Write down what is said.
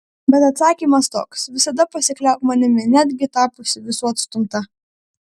bet atsakymas toks visada pasikliauk manimi netgi tapusi visų atstumta